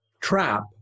trap